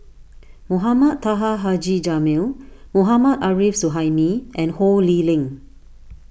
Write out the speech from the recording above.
Mohamed Taha Haji Jamil Mohammad Arif Suhaimi and Ho Lee Ling